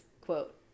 quote